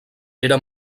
era